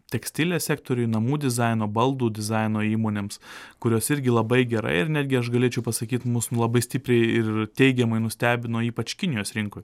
tekstilės sektoriui namų dizaino baldų dizaino įmonėms kurios irgi labai gerai ir netgi aš galėčiau pasakyt mus labai stipriai ir teigiamai nustebino ypač kinijos rinkoj